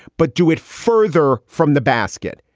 but do it further from the basket.